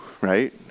right